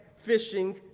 fishing